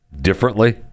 differently